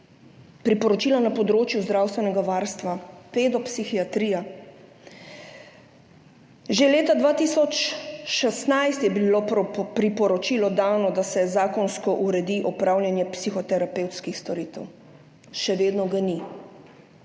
Priporočila na področju zdravstvenega varstva – pedopsihiatrija. Že leta 2016 je bilo dano priporočilo, da se zakonsko uredi opravljanje psihoterapevtskih storitev. Še vedno ga ni.